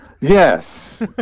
yes